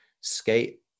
skate